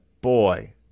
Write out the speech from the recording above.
boy